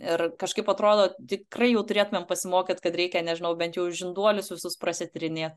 ir kažkaip atrodo tikrai jau turėtumėm pasimokyt kad reikia nežinau bent jau žinduolius visus prasitrynėt